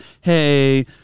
hey